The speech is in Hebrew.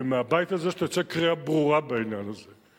ושתצא מהבית הזה קריאה ברורה בעניין הזה,